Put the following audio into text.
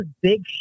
big